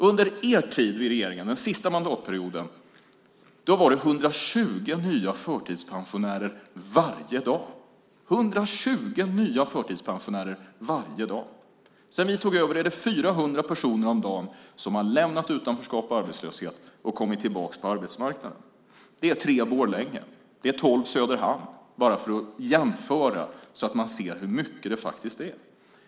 Under er tid i regeringen, den sista mandatperioden, var det 120 nya förtidspensionärer varje dag. Sedan vi tog över har 400 personer om dagen lämnat utanförskap och arbetslöshet och kommit tillbaka på arbetsmarknaden. Det är tre Borlänge eller tolv Söderhamn, bara för att jämföra så att man ser hur mycket det faktiskt är.